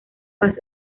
paz